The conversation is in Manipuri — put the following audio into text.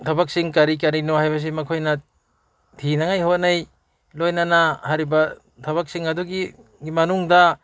ꯊꯕꯛꯁꯤꯡ ꯀꯔꯤ ꯀꯔꯤꯅꯣ ꯍꯥꯏꯕꯁꯤ ꯃꯈꯣꯏꯅ ꯊꯤꯅꯉꯥꯏ ꯍꯣꯠꯅꯩ ꯂꯣꯏꯅꯅ ꯍꯥꯏꯔꯤꯕ ꯊꯕꯛꯁꯤꯡ ꯑꯗꯨꯒꯤ ꯃꯅꯨꯡꯗ